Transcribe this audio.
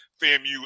FAMU